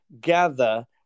gather